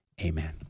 Amen